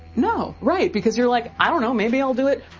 no, right? because you're like, i don't know, maybe i'll do it,